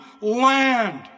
land